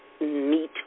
meet